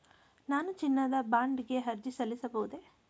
ನಾನು ಚಿನ್ನದ ಬಾಂಡ್ ಗೆ ಅರ್ಜಿ ಸಲ್ಲಿಸಬಹುದೇ?